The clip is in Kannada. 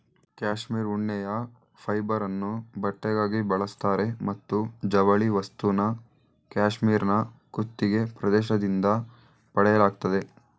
ಕ್ಯಾಶ್ಮೀರ್ ಉಣ್ಣೆಯ ಫೈಬರನ್ನು ಬಟ್ಟೆಗಾಗಿ ಬಳಸ್ತಾರೆ ಮತ್ತು ಜವಳಿ ವಸ್ತುನ ಕ್ಯಾಶ್ಮೀರ್ನ ಕುತ್ತಿಗೆ ಪ್ರದೇಶದಿಂದ ಪಡೆಯಲಾಗ್ತದೆ